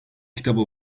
kitabı